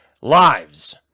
lives